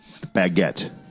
Baguette